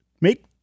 make